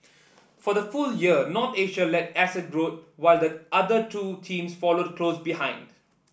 for the full year North Asia led asset growth while the other two teams followed close behind